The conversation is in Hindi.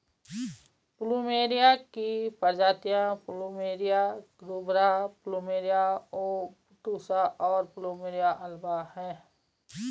प्लूमेरिया की प्रजातियाँ प्लुमेरिया रूब्रा, प्लुमेरिया ओबटुसा, और प्लुमेरिया अल्बा हैं